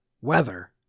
weather